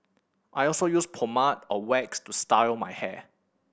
I also use pomade or wax to style my hair